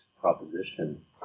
proposition